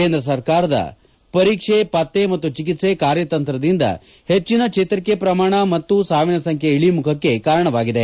ಕೇಂದ್ರ ಸರ್ಕಾರದ ಪರೀಕ್ಷೆ ಪತ್ತೆ ಮತ್ತು ಚಿಕಿತ್ಲ ಕಾರ್ಯತಂತ್ರದಿಂದ ಹೆಚ್ಚಿನ ಚೇತರಿಕೆ ಪ್ರಮಾಣ ಮತ್ತು ಸಾವಿನ ಸಂಖ್ಯೆ ಇಳಿಮುಖಕ್ಕೆ ಕಾರಣವಾಗಿದೆ